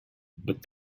but